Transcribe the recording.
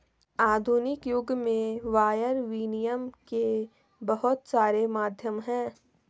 आधुनिक युग में वायर विनियम के बहुत सारे माध्यम हैं